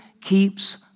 keeps